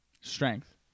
Strength